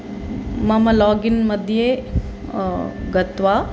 मम लागिन्मध्ये गत्वा